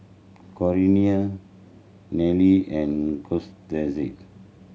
Corina Nelly and Cortez